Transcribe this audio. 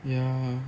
yeah